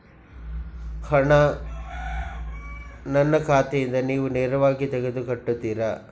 ಹಣ ನನ್ನ ಖಾತೆಯಿಂದ ನೀವು ನೇರವಾಗಿ ತೆಗೆದು ಕಟ್ಟುತ್ತೀರ?